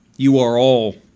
you are all